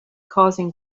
causing